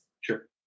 Sure